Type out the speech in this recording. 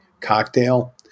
cocktail